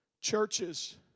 Churches